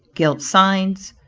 gilt signs,